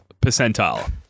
percentile